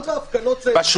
גם בהפגנות זה אזרחים.